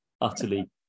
utterly